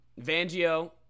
Vangio